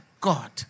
God